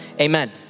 amen